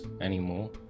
anymore